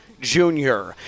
Jr